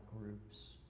groups